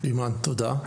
אימאן תודה.